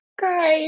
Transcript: Guys